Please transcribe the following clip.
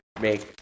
make